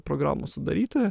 programų sudarytojo